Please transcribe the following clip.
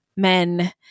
men